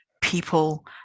people